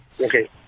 Okay